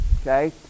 Okay